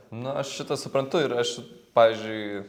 nu aš šitą suprantu ir aš pavyzdžiui